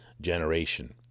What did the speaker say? generation